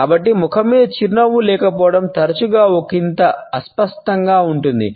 కాబట్టి ముఖం మీద చిరునవ్వు లేకపోవడం తరచుగా ఒకింత అస్పష్టంగా ఉంటుంది